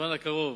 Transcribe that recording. בזמן הקרוב,